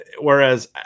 whereas